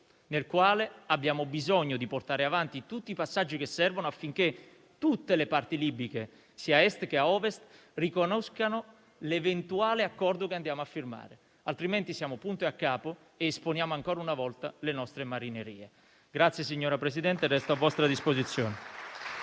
nel quale abbiamo bisogno di portare avanti tutti i passaggi che servono, affinché tutte le parti libiche, sia ad Est che ad Ovest, riconoscano l'eventuale accordo che andremo a firmare. Altrimenti saremo punto e a capo ed esporremo ancora una volta le nostre marinerie. La ringrazio nuovamente, signor Presidente, e resto a vostra disposizione.